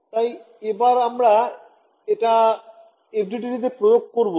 তাই এবার আমরা এটা FDTD তে প্রয়োগ করবো